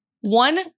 One